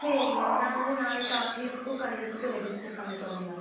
சரிங்க மேம் நான் வந்து நாளைக்கு ஆங்கிலத்துக்கும் கணிதத்துக்கும் ரெஜிஸ்டர் பண்ணிக்கிறேங்க மேம்